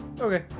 Okay